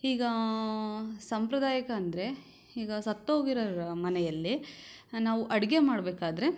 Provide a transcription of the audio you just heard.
ಈಗ ಸಾಂಪ್ರದಾಯಿಕ ಅಂದರೆ ಈಗ ಸತ್ತೋಗಿರೋರ ಮನೆಯಲ್ಲಿ ನಾವು ಅಡುಗೆ ಮಾಡಬೇಕಾದ್ರೆ